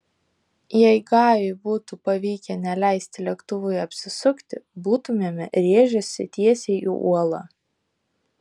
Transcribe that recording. jei gajui būtų pavykę neleisti lėktuvui apsisukti būtumėme rėžęsi tiesiai į uolą